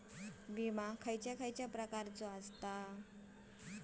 विमा कसल्या कसल्या प्रकारचो असता?